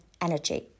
energy